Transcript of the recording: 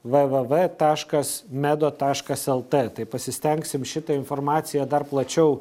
v v v taškas medo taškas lt tai pasistengsim šitą informaciją dar plačiau